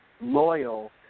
loyal